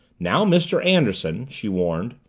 now, mr. anderson she warned.